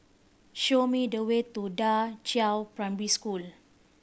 show me the way to Da Qiao Primary School